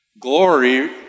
glory